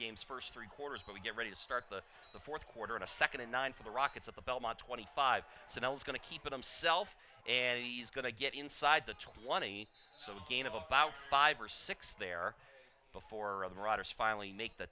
games first three quarters but we get ready to start the the fourth quarter in a second and nine for the rockets of the belmont twenty five and i was going to keep it himself and he's going to get inside the twenty so again of about five or six there before the writers finally make the